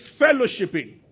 fellowshipping